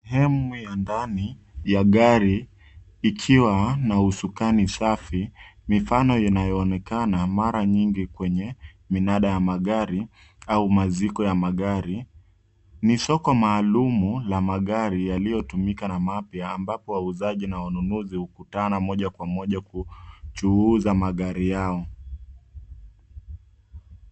Sehemu ya ndani ya gari ikiwa na usukani safi, mifano inayoonekana mara nyingi kwenye minada ya magari au maziko ya magari. Ni soko maalum la magari yaliyotumika na mapya ambapo wauzaji na wanunuzi hukutana moja kwa moja kuchuuza magari yao.